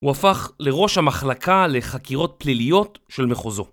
הוא הפך לראש המחלקה לחקירות פליליות של מחוזו.